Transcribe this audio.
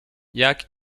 jak